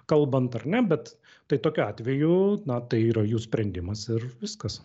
kalbant ar ne bet tai tokiu atveju na tai yra jų sprendimas ir viskas